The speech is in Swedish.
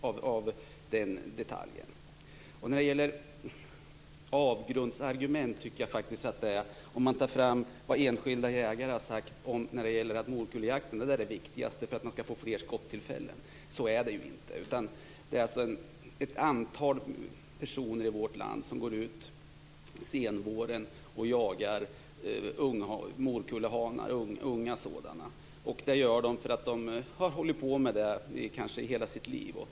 Jag tycker faktiskt att det är ett avgrundsargument när man tar fram vad enskilda jägare har sagt om morkullejakten, nämligen att det viktigaste är att man skall få fler skottillfällen. Så är det ju inte. Det finns ett antal personer i vårt land som går ut under senvåren och jagar unga morkullehanar. Det gör de därför att de har hållit på med det i hela sitt liv.